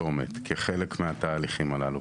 צומת כחלק מהתהליכים הללו,